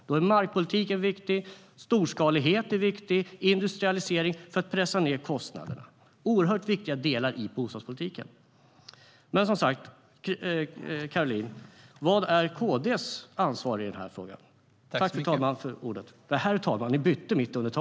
Då är markpolitik, storskalighet och industrialisering viktiga för att pressa ned kostnaderna. Det är oerhört viktiga delar i bostadspolitiken.